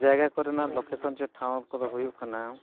ᱡᱟᱭᱜᱟ ᱠᱚᱨᱮᱱᱟᱜ ᱞᱚᱠᱮᱥᱚᱱ ᱥᱮ ᱴᱷᱟᱶ ᱠᱚᱫᱚ ᱦᱩᱭᱩᱜ ᱠᱟᱱᱟ